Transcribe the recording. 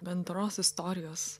bendros istorijos